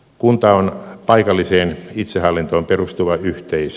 kunta on paikalliseen itsehallintoon perustuva yhteisö